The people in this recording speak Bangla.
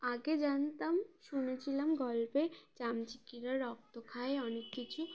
আগে জানতাম শুনেছিলাম গল্পে চামচিকিরা রক্ত খায় অনেক কিছু